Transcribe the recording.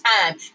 time